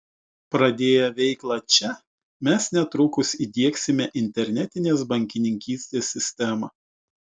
pradėję veiklą čia mes netrukus įdiegsime internetinės bankininkystės sistemą